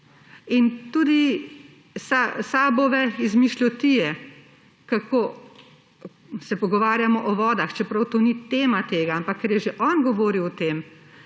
In tudi izmišljotine SAB, kako se pogovarjamo o vodah. Čeprav to ni tema tega, ampak ker je že on govoril o tem,